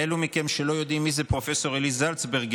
לאלו מכם שלא יודעים מי זה, פרופ' עלי זלצברגר,